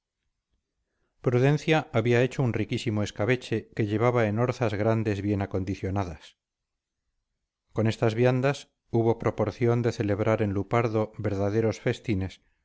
prudencia había hecho un riquísimo escabeche que llevaba en orzas grandes bien acondicionadas con estas viandas hubo proporción de celebrar en lupardo verdaderos festines